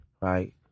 right